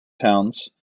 towns